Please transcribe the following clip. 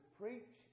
preach